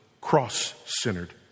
cross-centered